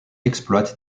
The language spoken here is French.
exploite